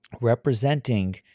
representing